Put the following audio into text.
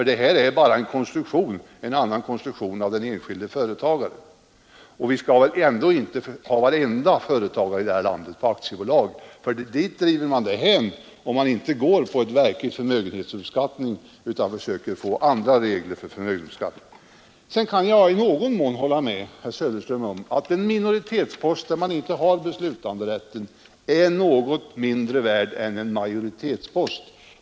De bolagen är bara en annan konstruktion av den enskilde företagaren. Vi skall väl ändå inte ha vartenda företag i form av aktiebolag i det här landet. Dit driver man det hän, om man inte går på en verklig förmögenhetsuppskattning utan söker få andra regler vid förmögenhetsbeskattningen av fåmansbolag. Jag kan i någon mån hålla med herr Söderström om att en minoritetspost, där man inte har beslutanderätten, är något mindre värd än en majoritetspost.